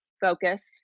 focused